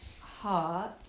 heart